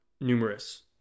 numerous